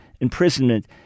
imprisonment